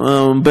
פלוס מינוס,